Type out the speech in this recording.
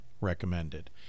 recommended